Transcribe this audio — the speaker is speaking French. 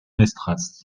mestras